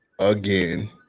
Again